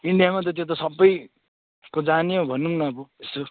इन्डियामा त त्यो त सबैको जानै हो भनौँ न अब यसो